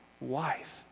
wife